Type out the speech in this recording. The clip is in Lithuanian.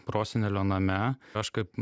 prosenelio name aš kaip